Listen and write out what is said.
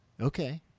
Okay